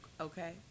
Okay